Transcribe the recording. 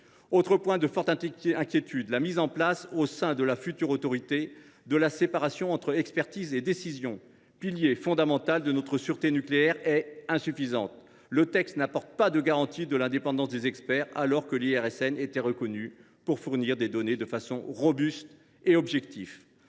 Autre point de forte inquiétude, la mise en place, au sein de la future Autorité, de la séparation entre expertise et décision, pilier fondamental de notre sûreté nucléaire, est insuffisante. Le texte n’apporte pas de garantie sur l’indépendance des experts, alors que l’IRSN était reconnu pour fournir des données de façon robuste et objective.